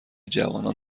جوانان